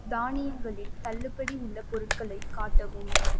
தானியங்களில் தள்ளுபடி உள்ள பொருட்களை காட்டவும்